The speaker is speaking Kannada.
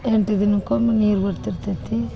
ಎಂಟು ದಿನಕ್ಕೊಮ್ಮೆ ನೀರು ಬರ್ತಿರ್ತೈತಿ